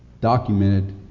documented